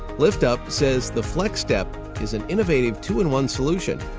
liftup says the flexstep is an innovative two in one solution.